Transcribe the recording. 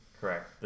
correct